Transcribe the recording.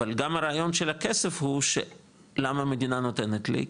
אבל גם הרעיון של הכסף הוא שלמה מדינה נותנת לי?